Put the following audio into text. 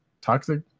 toxic